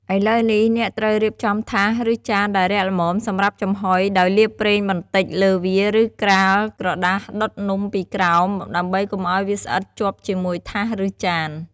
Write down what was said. ឥឡូវនេះ អ្នកត្រូវរៀបចំថាស ឬចានដែលរាក់ល្មមសម្រាប់ចំហុយ ដោយលាបប្រេងបន្តិចលើវា ឬក្រាលក្រដាសដុតនំពីក្រោម ដើម្បីកុំឱ្យវាស្អិតជាប់ជាមួយថាស ឬ ចាន។